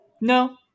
no